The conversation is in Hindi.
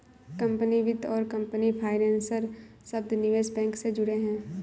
कंपनी वित्त और कंपनी फाइनेंसर शब्द निवेश बैंक से जुड़े हैं